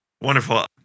Wonderful